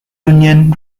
union